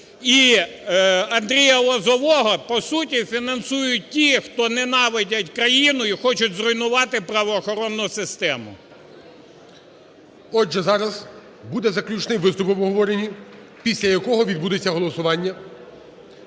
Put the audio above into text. і Андрія Лозового, по суті фінансують ті, хто ненавидять країну і хочуть зруйнувати правоохоронну систему. ГОЛОВУЮЧИЙ. Отже, зараз буде заключний виступ в обговоренні, після якого відбудеться голосування.